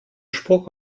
spruch